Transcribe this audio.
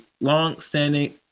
long-standing